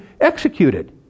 executed